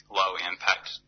low-impact